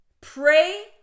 pray